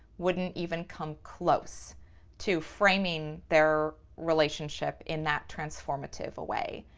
wouldn't even come close to framing their relationship in that transformative a way.